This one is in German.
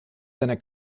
seiner